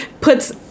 puts